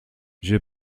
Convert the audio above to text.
j’ai